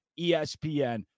ESPN